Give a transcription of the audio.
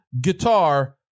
guitar